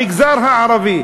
המגזר הערבי,